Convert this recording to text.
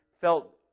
felt